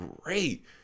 great